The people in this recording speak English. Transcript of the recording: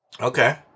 Okay